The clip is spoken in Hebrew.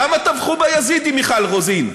למה טבחו ביזידים, מיכל רוזין?